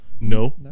no